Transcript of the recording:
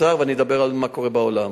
ואני אדבר על מה שקורה בעולם.